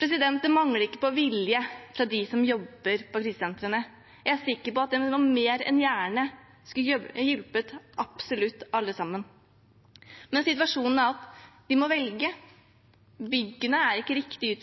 Det mangler ikke på vilje hos de som jobber på krisesentrene. Jeg er sikker på at de mer enn gjerne skulle hjulpet absolutt alle sammen. Men situasjonen er at de må velge. Byggene er ikke riktig